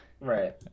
right